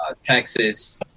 Texas